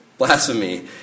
Blasphemy